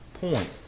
point